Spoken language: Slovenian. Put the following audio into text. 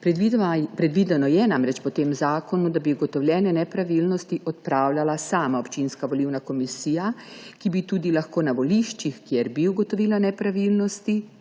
tem zakonu je namreč predvideno, da bi ugotovljene nepravilnosti odpravljala sama občinska volilna komisija, ki bi lahko tudi na voliščih, kjer bi ugotovila nepravilnosti,